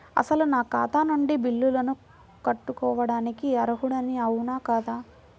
అసలు నా ఖాతా నుండి బిల్లులను కట్టుకోవటానికి అర్హుడని అవునా కాదా?